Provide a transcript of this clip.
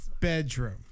bedroom